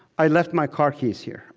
i left my car keys here.